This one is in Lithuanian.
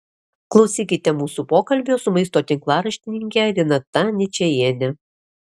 klausykite mūsų pokalbio su maisto tinklaraštininke renata ničajiene